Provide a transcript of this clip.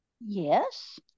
yes